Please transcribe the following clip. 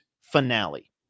finale